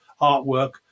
artwork